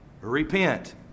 repent